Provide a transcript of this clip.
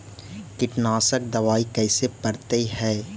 कीटनाशक दबाइ कैसे पड़तै है?